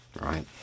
Right